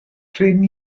prin